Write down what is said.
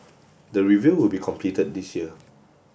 the review will be completed this year